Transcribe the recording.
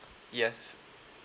yes